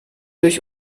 durch